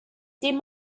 dim